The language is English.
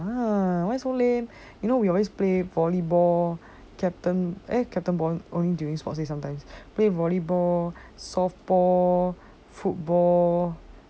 !huh! why so lame you know we always play volleyball captain eh captain ball during sports day sometimes we play volleyball softball football